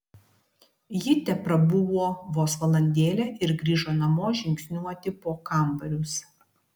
ji teprabuvo vos valandėlę ir grįžo namo žingsniuoti po kambarius